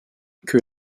que